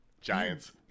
Giants